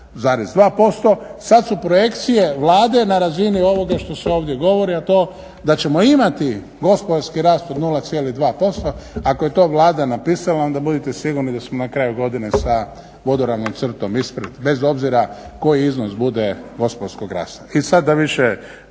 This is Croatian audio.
1,2%. Sad su projekcije Vlade na razini ovoga što se ovdje govori, a to je da ćemo imati gospodarski rast od 0,2%. Ako je to Vlada napisala onda budite sigurni da smo na kraju godine sa vodoravnom crtom ispred, bez obzira koji iznos bude gospodarskog rasta.